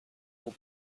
will